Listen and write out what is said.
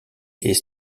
est